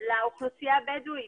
לאוכלוסייה הבדואית.